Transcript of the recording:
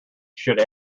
should